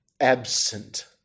absent